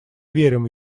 верим